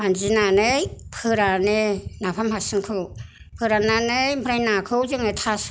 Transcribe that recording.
मानजिनानै फोरानो नाफाम हासुंखौ फोराननानै ओमफ्राय नाखौ जोङो थास'